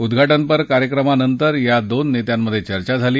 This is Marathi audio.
उद्घाटनपर कार्यक्रमानंतर या दोन नेत्यांत चर्चा झाली